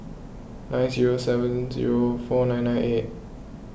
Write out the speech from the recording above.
nine zero seven zero four nine nine eight